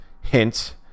hint